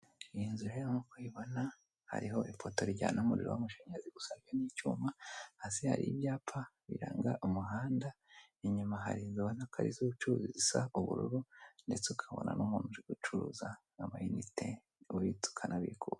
Iyi nzu rero nkuko uyibona hariho ipoto rijyana umuriro w'amashanyarazi gusa ryo n'icyuma hasi hari ibyapa biranga umuhanda, inyuma hari inzu ubona ko ari iz'ubucuruzi zisa ubururu ndetse ukabona n'umuntu uri gucuruza nk'amayinite, ubitsa ukanabikura.